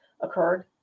occurred